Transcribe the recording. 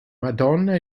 madonna